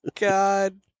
God